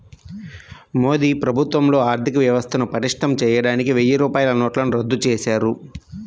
మోదీ ప్రభుత్వంలో ఆర్ధికవ్యవస్థను పటిష్టం చేయడానికి వెయ్యి రూపాయల నోట్లను రద్దు చేశారు